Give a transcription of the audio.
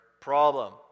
problem